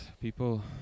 People